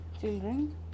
children